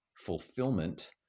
fulfillment